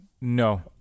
No